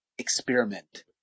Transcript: experiment